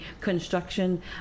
construction